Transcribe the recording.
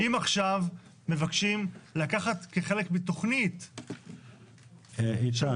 אם עכשיו מבקשים לקחת כחלק מתוכנית שאושרה?